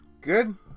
Good